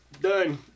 Done